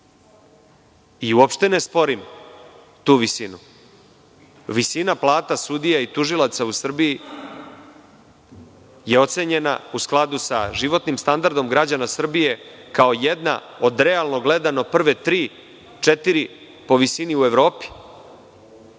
i uopšte ne sporim tu visinu. Visina plata sudija i tužilaca u Srbiji je ocenjena u skladu sa životnim standardom građana Srbije kao jedna od realno gledano, prve tri, četiri, po visini u Evropi. Ali,